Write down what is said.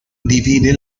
divide